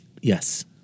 Yes